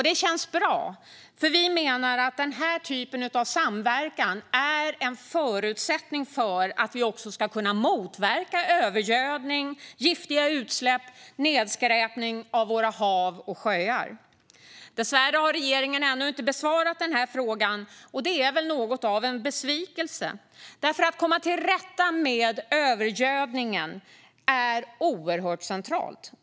Det känns bra, för vi menar att den typen av samverkan är en förutsättning för att vi ska kunna motverka övergödning, giftiga utsläpp och nedskräpning av våra hav och sjöar. Dessvärre har regeringen ännu inte besvarat den frågan, och det är något av en besvikelse. Att komma till rätta med övergödningen är oerhört centralt.